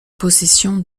possession